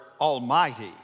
Almighty